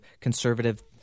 conservative